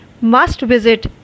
must-visit